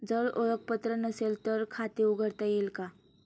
जर ओळखपत्र नसेल तर खाते उघडता येईल का?